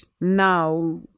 now